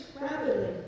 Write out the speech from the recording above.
rapidly